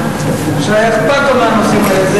שהיה אכפת לו מהנושאים האלה.